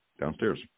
downstairs